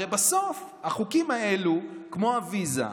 הרי בסוף החוקים האלה, כמו הוויזה,